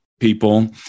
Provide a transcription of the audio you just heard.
people